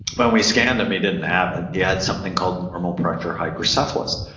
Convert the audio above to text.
when we scanned him, he didn't have it. he had something called normal pressure hydrocephalus,